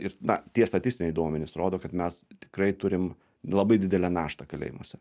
ir na tie statistiniai duomenys rodo kad mes tikrai turim labai didelę naštą kalėjimuose